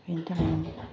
बेनिथाखायनो